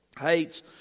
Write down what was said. hates